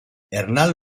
hernán